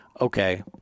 okay